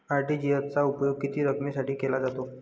RTGS चा उपयोग किती रकमेसाठी केला जातो?